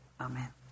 Amen